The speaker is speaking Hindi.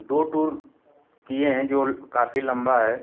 दो टूर किए हैं जो काफ़ी लम्बा है